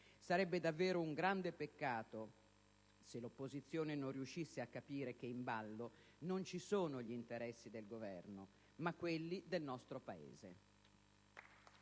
Sarebbe davvero un grande peccato se l'opposizione non riuscisse a capire che in ballo non ci sono gli interessi del Governo, ma quelli del nostro Paese.